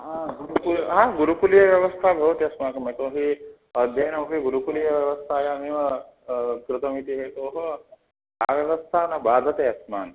हा गुरुकुले हा गुरुकुलीयव्यवस्था भवति अस्माकं यतो हि अध्ययनमपि गुरुकुलीयव्यवस्थायामेव कृतम् इति हेतोः अव्यवस्था न बाधते अस्मान्